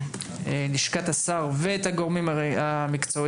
לשכת השר ואת הגורמים המקצועיים,